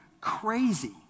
crazy